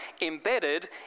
embedded